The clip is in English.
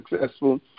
successful